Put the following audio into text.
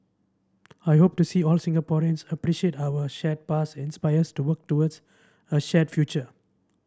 I hope to see all Singaporeans appreciate our shared past inspire us to work towards a shared future